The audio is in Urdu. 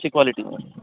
اچھی کوالٹی میں